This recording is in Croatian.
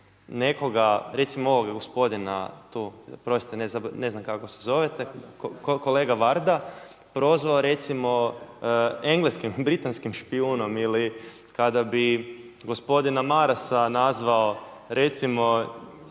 nekoga, recimo ovoga gospodina tu, oprostite ne znam kako se zovete, kolega Varda, prozvao recimo engleskim, britanskim špijunom ili kada bih gospodina Marasa nazvao recimo